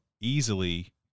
easily